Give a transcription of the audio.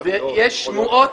יש שמועות,